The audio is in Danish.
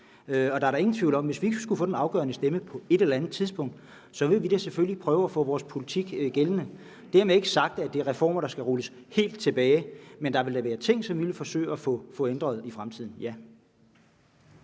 Der er da ingen tvivl om, at hvis vi skulle få den afgørende stemme på et eller andet tidspunkt, vil vi da selvfølgelig prøve at få vores politik igennem. Dermed skal ikke være sagt, at det er reformer, der skal rulles helt tilbage, men der vil da være ting, som vi vil forsøge at få ændret i fremtiden,